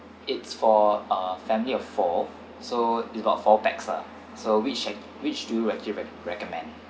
it's for a family of four so is about four pax ah so which ac~ which do you actually recommend